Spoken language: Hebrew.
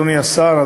אדוני השר,